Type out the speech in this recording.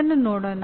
ಇದನ್ನು ನೋಡೋಣ